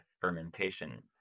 fermentation